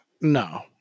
No